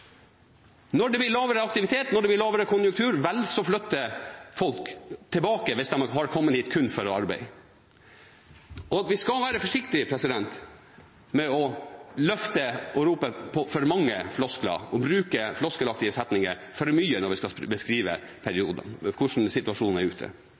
Når det blir lavere aktivitet, når det blir lavere konjunktur, flytter folk tilbake hvis de har kommet hit kun for å arbeide. Vi skal være forsiktige med å løfte og rope for mange floskler og bruke floskelaktige setninger for mye når vi skal beskrive hvordan situasjonen er ute.